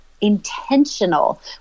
intentional